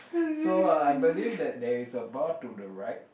so uh I believe that there is a bar to the right